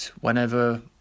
whenever